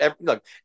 look